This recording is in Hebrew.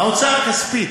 ההוצאה הכספית,